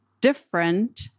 different